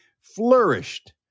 flourished